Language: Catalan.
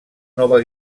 nova